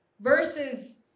versus